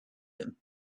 him